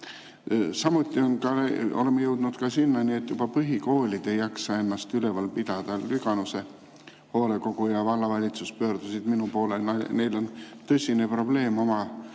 Samuti oleme jõudnud sinnani, et juba põhikoolid ei jaksa ennast üleval pidada. Lüganuse hoolekogu ja vallavalitsus pöördusid minu poole, neil on tõsine probleem oma